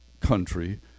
country